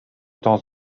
temps